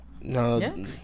No